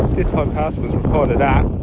this podcast was recorded at.